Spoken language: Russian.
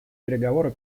переговоры